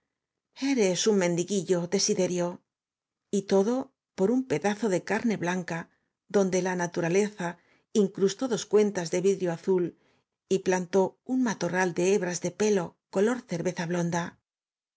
r u n p e d a z o de carne blanca donde la naturaleza i n c r u s t ó d o s cuentas de vidrio azul y plantó un matorral de h e b r a s de pelo color cerveza blonda